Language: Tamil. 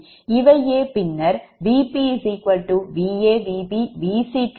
இவையே பின்னர் Vp Va Vb Vc T